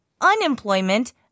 unemployment